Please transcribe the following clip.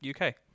UK